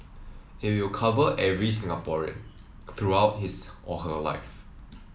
it will cover every Singaporean throughout his or her life